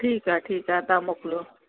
ठीकु आहे ठीकु आहे तव्हां मोकिलियो